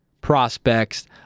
prospects